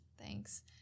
Thanks